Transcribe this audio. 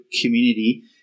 community